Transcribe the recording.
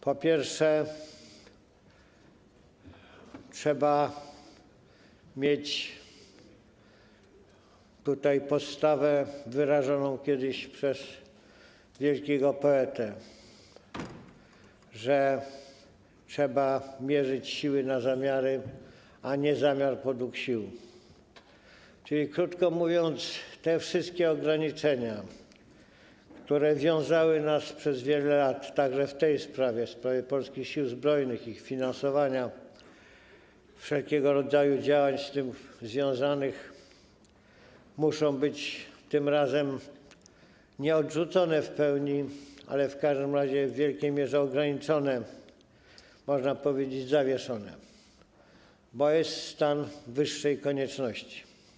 Po pierwsze, trzeba mieć podstawę wyrażoną kiedyś przez wielkiego poetę: trzeba mierzyć siły na zamiary, a nie zamiar podług sił, czyli krótko mówiąc, te wszystkie ograniczenia, które wiązały nas przez wiele lat, także w tej sprawie, w sprawie Polskich Sił Zbrojnych, ich finansowania, wszelkiego rodzaju działań z tym związanych, muszą być tym razem nie tyle odrzucone w pełni, ile w wielkiej mierze ograniczone, można powiedzieć: zawieszone, bo jest stan wyższej konieczności.